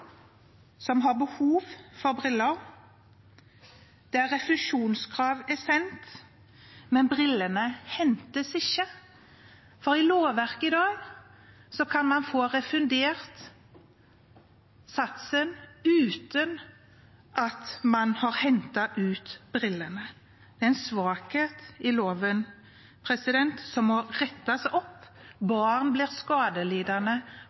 som har behov for briller, der refusjonskrav er sendt, men brillene hentes ikke – for i lovverket i dag kan man få refundert satsen uten at man har hentet ut brillene. Det er en svakhet i loven som må rettes opp. Barn blir skadelidende